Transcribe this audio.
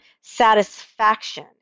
satisfaction